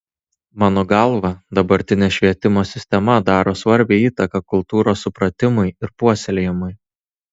mano galva dabartinė švietimo sistema daro svarbią įtaką kultūros supratimui ir puoselėjimui